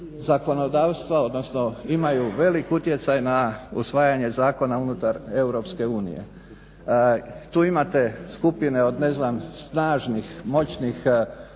zakonodavstva, odnosno imaju velik utjecaj na usvajanje zakona unutar EU. Tu imate skupine od ne znam snažnih, moćnih